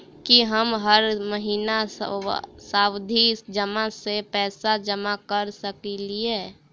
की हम हर महीना सावधि जमा सँ पैसा जमा करऽ सकलिये?